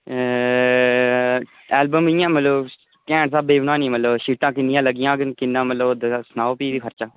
album इ'यां मतलब कैंट स्हाबै दी बनानी मतलब शीटां किन्निया लगी जाह्ग किन्ना मतलब ओह्दा सनाओ फ्ही बी खर्चा